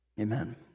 Amen